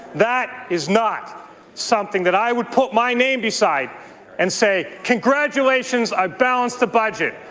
that is not something that i would put my name beside and say congratulations, i've balanced the budget.